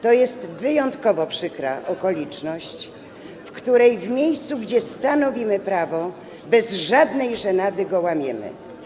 To są wyjątkowo przykre okoliczności, w których w miejscu, gdzie stanowimy prawo, bez żadnej żenady je łamiemy.